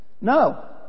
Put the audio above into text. No